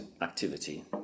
activity